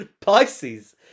Pisces